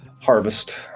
Harvest